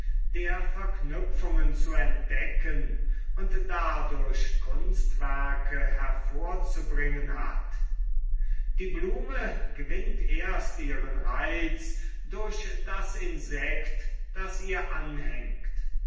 der verknüpfungen zu entdecken und dadurch kunstwerke hervorzubringen hat die blume gewinnt erst ihren reiz durch das insekt das ihr anhängt